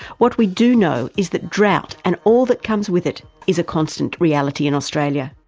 what we do know is that drought, and all that comes with it, is a constant reality in australia.